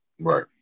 Right